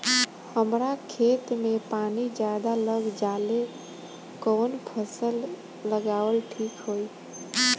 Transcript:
हमरा खेत में पानी ज्यादा लग जाले कवन फसल लगावल ठीक होई?